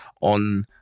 on